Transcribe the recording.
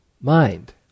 mind